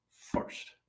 first